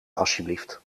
alsjeblieft